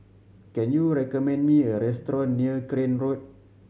can you recommend me a restaurant near Crane Road